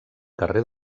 carrer